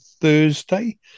Thursday